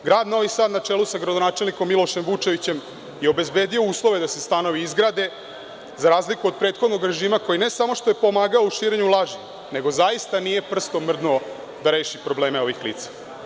Grad Novi Sad na čelu sa gradonačelnikom Milošem Vučevićem je obezbedio uslove da se stanovi izgrade, za razliku od prethodnog režima koji, ne samo što je pomagao u širenju laži, nego zaista nije prstom mrdnuo da reši probleme ovih lica.